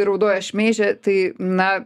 raudoja šmeižia tai na